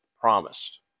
promised